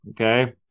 okay